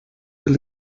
del